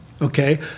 Okay